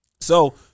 So-